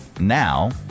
now